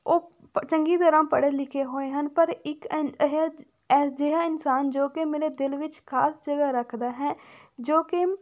ਉਹ ਪ ਚੰਗੀ ਤਰ੍ਹਾਂ ਪੜ੍ਹੇ ਲਿਖੇ ਹੋਏ ਹਨ ਪਰ ਇੱਕ ਇਹ ਅਜਿਹਾ ਇਨਸਾਨ ਜੋ ਕਿ ਮੇਰੇ ਦਿਲ ਵਿੱਚ ਖਾਸ ਜਗ੍ਹਾ ਰੱਖਦਾ ਹੈ ਜੋ ਕਿ